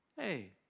hey